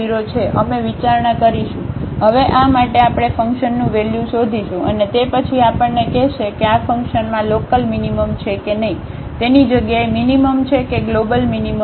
તેથી અમે વિચારણા કરીશું હવે આ માટે આપણે ફંકશનનું વેલ્યુ શોધીશું અને તે પછી આપણને કહેશે કે આ ફંક્શનમાં લોકલ મિનિમમ છે કે નહીં તેની જગ્યાએ મીનીમમ છે કે ગ્લોબલ મીનીમમ છે